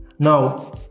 Now